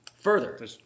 Further